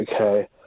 Okay